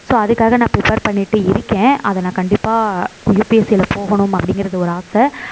so அதுக்காக நான் prepare பண்ணிகிட்டு இருக்கேன் அதை நான் கண்டிப்பா யுபிஎஸ்ஸியில் போகணும் அப்படிங்கறது ஒரு ஆசை